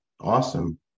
awesome